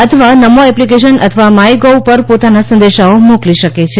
અથવા નમો એપ્લીકેશન અથવા My Gov પર પોતાનાં સંદેશાઓ મોકલી શકે છે